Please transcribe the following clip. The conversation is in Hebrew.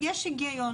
יש היגיון,